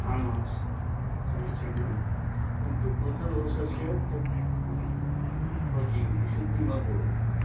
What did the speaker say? आम् आं समीचीनं किन्तु बुद्धवंशस्य यत् भवति विशुद्धिमग्गः